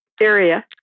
area